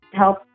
help